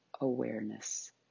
Awareness